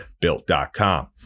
built.com